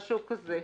משהו כזה.